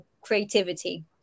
creativity